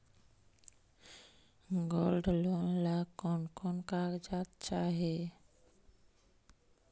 Gold loan ला कौन कौन कागजात चाही?